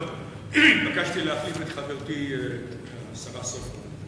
אבל נתבקשתי להחליף את חברתי השרה סופה.